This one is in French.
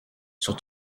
sur